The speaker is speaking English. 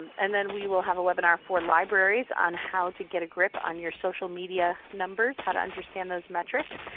and then we will have a webinar for libraries on how to get a grip on your social media numbers. how to understand those metrics.